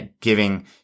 giving